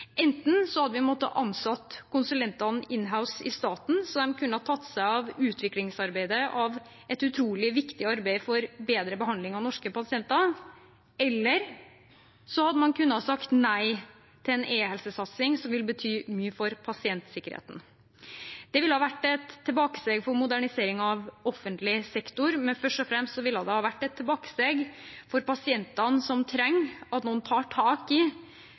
hadde vi måttet ansette konsulentene «in house» i staten, slik at de kunne ha tatt seg av utviklingen av et utrolig viktig arbeid for bedre behandling av norske pasienter, eller så hadde man kunnet si nei til en e-helsesatsing, som ville bety mye for pasientsikkerheten. Det ville ha vært et tilbakesteg for moderniseringen av offentlig sektor, men først og fremst ville det ha vært et tilbakesteg for pasientene, som trenger at man tar tak i